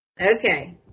Okay